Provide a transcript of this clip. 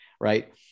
right